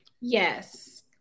Yes